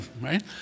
right